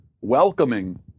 welcoming